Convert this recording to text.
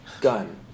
gun